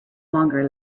longer